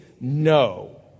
no